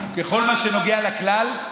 בכל מה שנוגע לכלל,